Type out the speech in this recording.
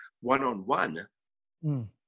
one-on-one